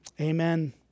Amen